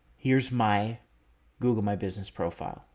here's my google, my business profile,